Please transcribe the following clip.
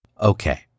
Okay